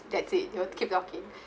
that's it they will keep talking